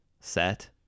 set